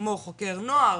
כמו חוקר נוער,